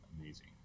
amazing